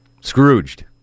Scrooged